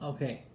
Okay